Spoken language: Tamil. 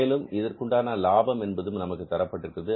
மேலும் இதற்குண்டான லாபம் என்பதும் நமக்குத் தரப்பட்டிருக்கிறது